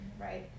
right